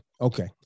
okay